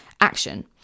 action